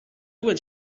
went